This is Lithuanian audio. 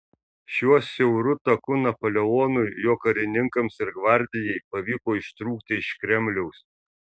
šiuo siauru taku napoleonui jo karininkams ir gvardijai pavyko ištrūkti iš kremliaus